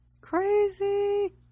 crazy